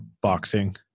boxing